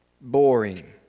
boring